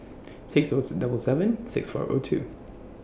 six Os double seven six four O two